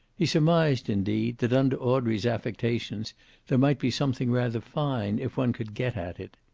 he surmised, indeed, that under audrey's affectations there might be something rather fine if one could get at it.